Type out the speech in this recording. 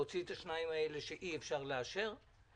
להוציא את השניים שאי אפשר לאשר,